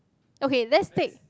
okay let's take